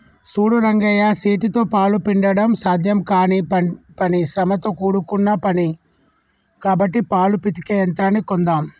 సూడు రంగయ్య సేతితో పాలు పిండడం సాధ్యం కానీ పని శ్రమతో కూడుకున్న పని కాబట్టి పాలు పితికే యంత్రాన్ని కొందామ్